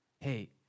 Hey